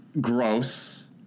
Gross